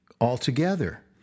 altogether